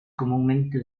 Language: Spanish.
comúnmente